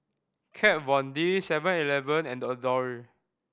Kat Von D Seven Eleven and Adore